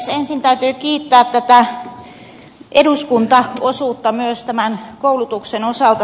ensin täytyy kiittää tätä eduskuntaosuutta myös tämän koulutuksen osalta